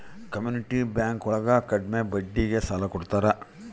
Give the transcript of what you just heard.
community bank ಒಳಗ ಕಡ್ಮೆ ಬಡ್ಡಿಗೆ ಸಾಲ ಕೊಡ್ತಾರೆ